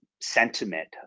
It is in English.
sentiment